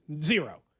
Zero